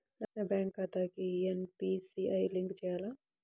నా బ్యాంక్ ఖాతాకి NPCI link చేయాలా?